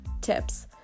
tips